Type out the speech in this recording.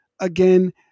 again